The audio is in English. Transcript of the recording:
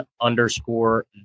underscore